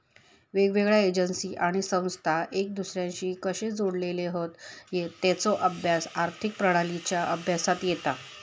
येगयेगळ्या एजेंसी आणि संस्था एक दुसर्याशी कशे जोडलेले हत तेचा अभ्यास आर्थिक प्रणालींच्या अभ्यासात येता